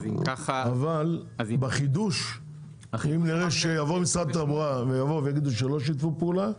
אבל אם נראה שיבוא משרד התחבורה ויגידו שלא שיתפו פעולה,